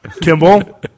Kimball